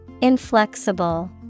Inflexible